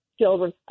children